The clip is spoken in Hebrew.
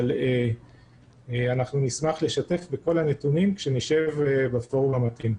אבל אנחנו נשמח לשתף בכל הנתונים כשנשב בפורום המתאים.